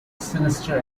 sinister